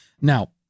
now